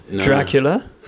Dracula